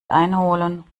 einholen